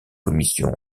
commission